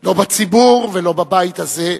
לא בציבור ולא בבית הזה,